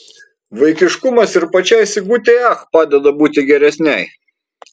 vaikiškumas ir pačiai sigutei ach padeda būti geresnei